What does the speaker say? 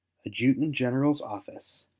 adjutant-general's office,